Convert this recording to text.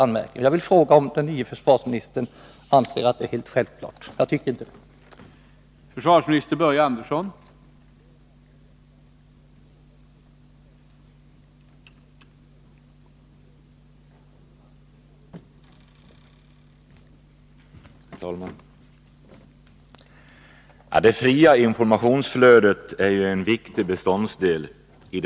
Jag vill alltså fråga om den nye försvarsministern anser digheters utåt att detta är helt självklart — jag tycker inte det. riktade informa